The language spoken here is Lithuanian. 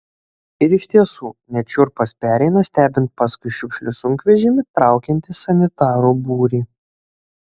ir iš tiesų net šiurpas pereina stebint paskui šiukšlių sunkvežimį traukiantį sanitarų būrį